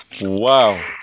Wow